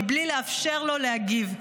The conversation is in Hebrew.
מבלי לאפשר לו להגיב.